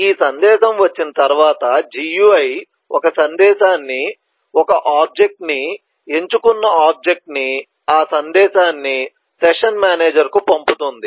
ఈ సందేశం వచ్చిన తర్వాత GUI ఒక సందేశాన్ని ఒక వస్తువు ని ఎంచుకున్న వస్తువు ని ఆ సందేశాన్ని సెషన్ మేనేజర్కు పంపుతుంది